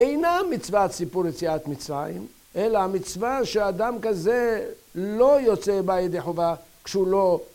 אינה מצוות סיפור יציאת מצרים, אלא מצווה שאדם כזה לא יוצא בה ידי חובה כשהוא לא